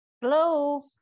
Hello